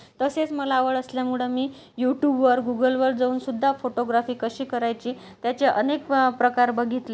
तसेच मला आवड असल्यामुळं मी यूटूबवर गुगलवर जाऊनसुद्धा फोटोग्राफी कशी करायची त्याचे अनेक प्रकार बघितले